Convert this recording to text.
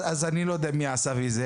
אני לא יודע מי עשה ומי חסם.